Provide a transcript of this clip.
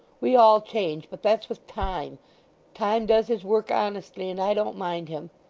we all change, but that's with time time does his work honestly, and i don't mind him.